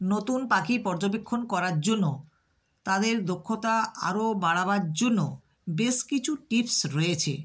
নতুন পাখি পর্যবেক্ষণ করার জন্য তাদের দক্ষতা আরও বাড়াবার জন্য বেশ কিছু টিপস রয়েছে